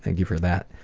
and you for that.